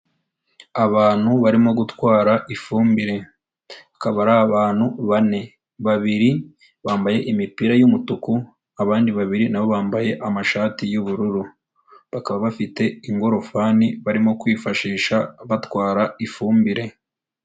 Abantu barimo gutwara ifumbire akaba ari abantu bane, babiri bambaye imipira y'umutuku abandi babiri na bo bambaye amashati y'ubururu, bakaba bafite ingorofani barimo kwifashisha batwara ifumbire.